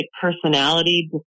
personality